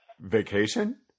Vacation